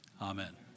Amen